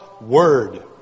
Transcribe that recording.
word